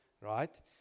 right